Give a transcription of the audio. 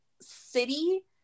city